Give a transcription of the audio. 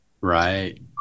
Right